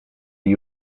gli